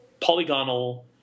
polygonal